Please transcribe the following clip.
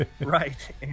right